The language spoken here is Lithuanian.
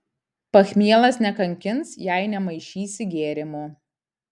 pachmielas nekankins jei nemaišysi gėrimų